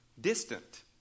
distant